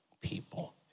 people